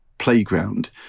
playground